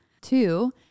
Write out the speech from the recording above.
Two